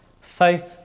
Faith